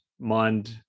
mind